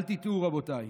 אל תטעו, רבותיי,